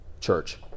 church